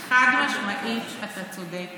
אתה חד-משמעית צודק